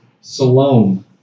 Salome